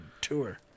tour